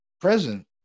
present